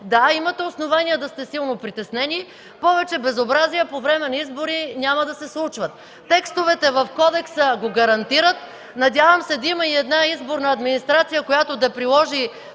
Да, имате основание да сте силно притеснени. Повече безобразия по време на избори няма да се случват! Текстовете в кодекса го гарантират! Надявам се да има и изборна администрация, която да приложи